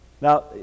Now